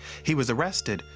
he was arrested,